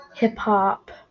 Hip-hop